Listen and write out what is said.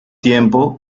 tiempo